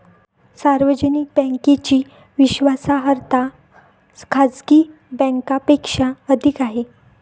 सार्वजनिक बँकेची विश्वासार्हता खाजगी बँकांपेक्षा अधिक आहे